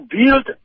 build